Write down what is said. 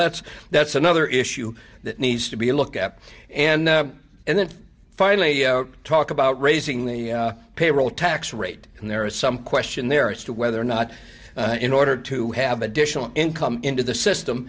that's that's another issue that needs to be a look at and and then finally talk about raising the payroll tax rate and there is some question there as to whether or not in order to have additional income into the system